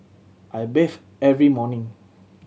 I bathe every morning